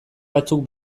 batzuk